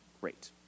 great